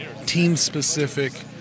team-specific